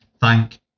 thank